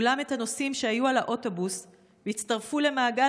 אולם את הנוסעים שהיו על האוטובוס והצטרפו למעגל